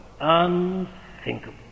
unthinkable